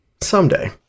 Someday